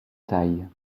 taille